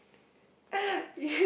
you